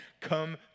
Come